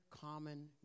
common